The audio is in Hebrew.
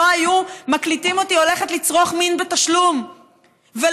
לא היו מקליטים אותי הולכת לצרוך מין בתשלום ולא